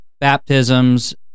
baptisms